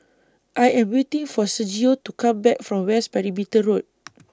I Am waiting For Sergio to Come Back from West Perimeter Road